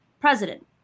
president